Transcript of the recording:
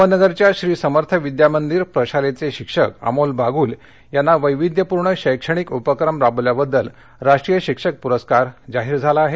अहमदनगरच्या श्रीसमर्थ विद्या मंदिर प्रशालेचे शिक्षक अमोल बागुल यांना वैविध्यपूर्ण शैक्षणिक उपक्रम राबवल्याबद्दल राष्ट्रीय शिक्षक पुरस्कार जाहीर झाला आहे